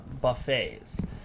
buffets